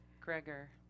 Gregor